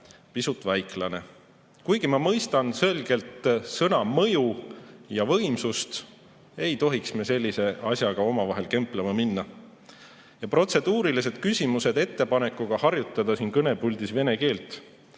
pisut väiklane. Kuigi ma mõistan selgelt sõna mõju ja võimsust, ei tohiks me sellise asja pärast omavahel kemplema minna. Protseduurilised küsimused ettepanekuga harjutada siin kõnepuldis vene keelt